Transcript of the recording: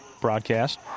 broadcast